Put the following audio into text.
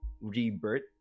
rebirth